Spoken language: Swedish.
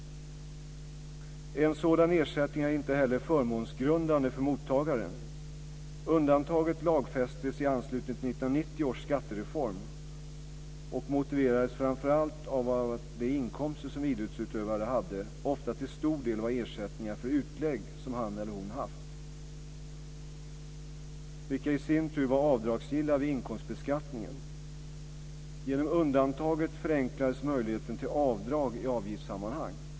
En sådan ersättning är inte heller förmånsgrundande för mottagaren. Undantaget lagfästes i anslutning till 1990 års skattereform och motiverades framför allt av att de inkomster som idrottsutövare hade ofta till stor del var ersättningar för utlägg som han eller hon haft, vilka i sin tur var avdragsgilla vid inkomstbeskattningen. Genom undantaget förenklades möjligheten till avdrag i avgiftssammanhang.